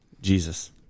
Jesus